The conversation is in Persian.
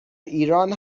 ایران